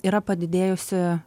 yra padidėjusi